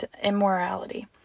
immorality